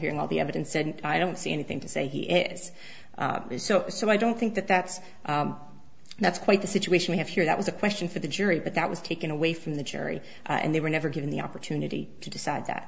hearing all the evidence said i don't see anything to say he is so so i don't think that that's that's quite the situation we have here that was a question for the jury but that was taken away from the jury and they were never given the opportunity to decide that